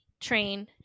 train